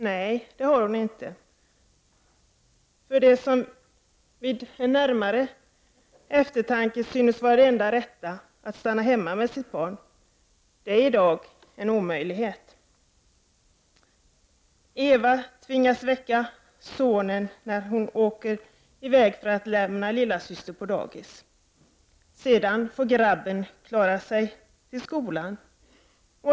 Nej, det har hon inte, för det som vid närmare eftertanke syns vara det enda rätta, att stanna hemma med sina barn, är i dag en omöjlighet. Eva tvingas väcka sonen när hon åker i väg för att lämna lillasyster på dagis. Sedan får grabben klara sig själv till skolan.